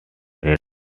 red